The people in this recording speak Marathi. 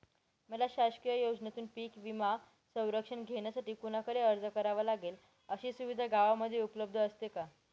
मला शासकीय योजनेतून पीक विमा संरक्षण घेण्यासाठी कुणाकडे अर्ज करावा लागेल? अशी सुविधा गावामध्ये उपलब्ध असते का?